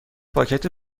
پاکت